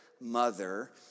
mother